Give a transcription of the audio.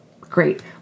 great